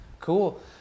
Cool